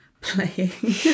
playing